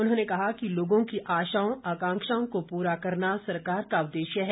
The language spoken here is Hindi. उन्होंने कहा कि लोगों की आशा आकांक्षाओं को पूरा करना सरकार का उद्देश्य है